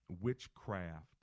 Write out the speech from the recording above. witchcraft